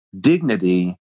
dignity